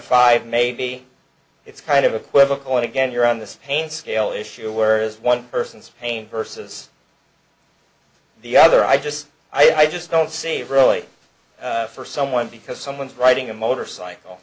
five maybe it's kind of equivocal and again you're on this pain scale issue where is one person's pain versus the other i just i just don't save roy for someone because someone's writing a motorcycle